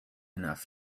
enough